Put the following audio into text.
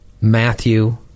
Matthew